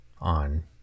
on